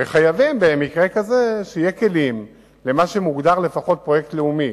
וחייבים במקרה כזה שיהיו כלים למה שמוגדר "פרויקט לאומי".